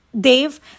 Dev